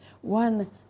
one